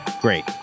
Great